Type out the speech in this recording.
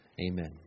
Amen